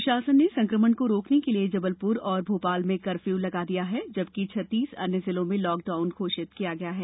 प्रशासन ने संकमण को रोकने के लिए जबलपुर और भोपाल में कर्फ्यू लगा दिया है जबकि छत्तीस अन्य जिलों में लॉकडाउन घोषित किया गया है